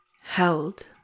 held